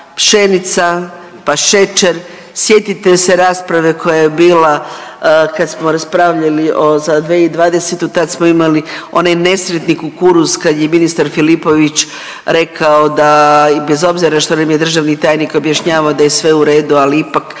pšenica, pa šećer, sjetite se rasprave koja je bila kad smo raspravljali za 2020. tad smo imali onaj nesretni kukuruz kad je ministar Filipović rekao da i bez obzira što nam je državni tajnik objašnjavao da je sve u redu, ali ipak